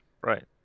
Right